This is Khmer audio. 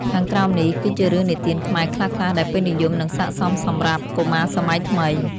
ខាងក្រោមនេះ គឺជារឿងនិទានខ្មែរខ្លះៗ ដែលពេញនិយម និងស័ក្តិសមសម្រាប់កុមារសម័យថ្មី។